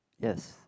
yes